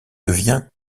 devient